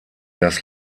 das